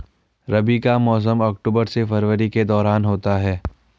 रबी का मौसम अक्टूबर से फरवरी के दौरान होता है